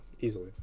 easily